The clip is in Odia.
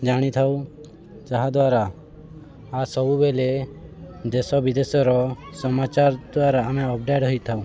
ଜାଣିଥାଉ ଯାହାଦ୍ୱାରା ଆ ସବୁବେଳେ ଦେଶ ବିଦେଶର ସମାଚାର ଦ୍ୱାରା ଆମେ ଅପଡେଟ୍ ହେଇଥାଉ